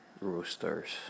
roosters